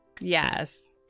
Yes